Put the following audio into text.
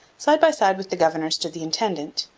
side by side with the governor stood the intendant,